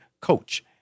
Coach